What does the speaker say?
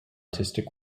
artistic